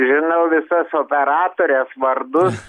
žinau visas operatores vardus